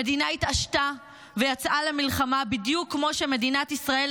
המדינה התעשתה ויצאה למלחמה בדיוק כמו שמדינת ישראל,